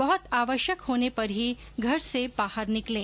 बहुत आवश्यक होने पर ही घर से बाहर निंकलें